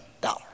dollar